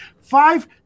five